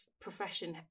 profession